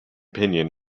pinion